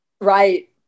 Right